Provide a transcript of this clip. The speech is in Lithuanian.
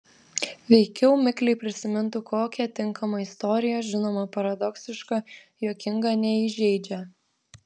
veikiau mikliai prisimintų kokią tinkamą istoriją žinoma paradoksišką juokingą neįžeidžią